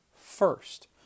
first